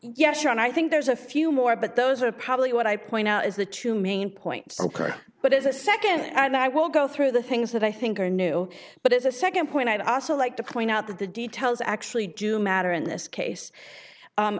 yes sure and i think there's a few more but those are probably what i point out is the two main points ok but as a nd and i will go through the things that i think are new but as a nd point i'd also like to point out that the details actually do matter in this case